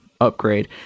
upgrade